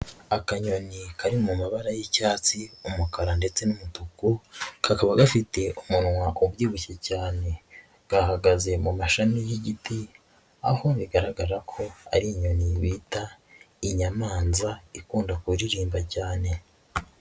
Akanyoni kari mu mabara y'icyatsi, umukara ndetse n'umutuku, kakaba gafite umunwa ubyibushye cyane. Gahagaze mu mashami y'igiti, aho bigaragara ko ari inyoni bita inyamanza, ikunda kuririmba cyane.